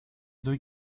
του